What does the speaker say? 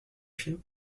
chien